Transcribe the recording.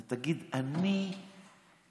אתה תגיד: אני נגד